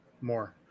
more